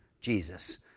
Jesus